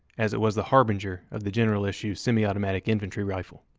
as it was the harbinger of the general issue semi-automatic infantry rifle.